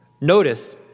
Notice